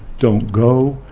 don't go,